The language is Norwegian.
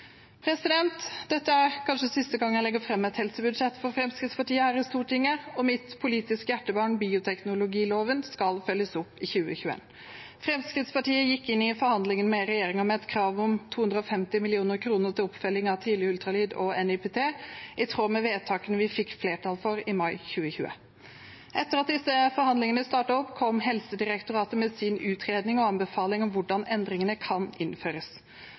Dette er kanskje siste gang jeg legger fram et helsebudsjett for Fremskrittspartiet her i Stortinget, og mitt politiske hjertebarn bioteknologiloven skal følges opp i 2021. Fremskrittspartiet gikk inn i forhandlingene med regjeringen med et krav om 250 mill. kr til oppfølging av tidlig ultralyd og NIPT, i tråd med vedtakene vi fikk flertall for i mai 2020. Etter at disse forhandlingene startet, kom Helsedirektoratet med sin utredning og anbefaling om hvordan endringene kan innføres.